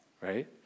right